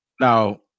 Now